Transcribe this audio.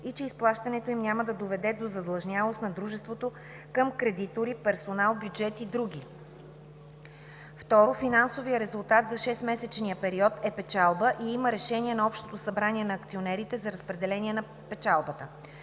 и че изплащането им няма да доведе до задлъжнялост на дружеството към кредитори, персонал, бюджет и други; 2. финансовият резултат за 6-месечния период е печалба и има решение на общото събрание на акционерите за разпределение на печалбата.